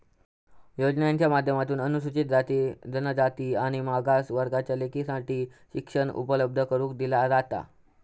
योजनांच्या माध्यमातून अनुसूचित जाती, जनजाति आणि मागास वर्गाच्या लेकींसाठी शिक्षण उपलब्ध करून दिला जाता